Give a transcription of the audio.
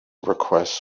requests